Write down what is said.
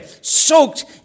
soaked